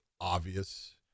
obvious